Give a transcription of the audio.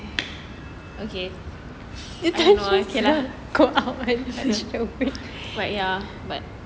okay and all okay lah but ya but